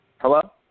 Hello